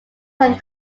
home